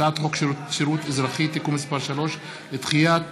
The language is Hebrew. הצעת חוק שירות אזרחי (תיקון מס' 3) (דחיית